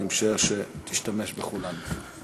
אני משער שתשתמש בכולן.